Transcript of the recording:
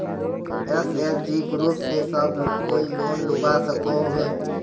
SHG group से सब कोई लोन लुबा सकोहो होबे?